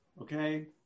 okay